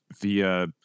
via